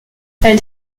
elle